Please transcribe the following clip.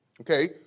Okay